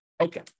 okay